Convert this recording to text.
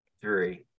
three